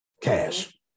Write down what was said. Cash